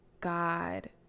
God